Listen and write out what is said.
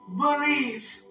believe